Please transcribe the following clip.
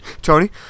Tony